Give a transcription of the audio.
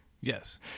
Yes